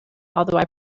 although